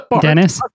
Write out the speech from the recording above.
dennis